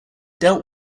dealt